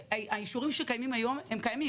האישורים שקיימים היום הרי קיימים.